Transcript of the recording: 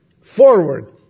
forward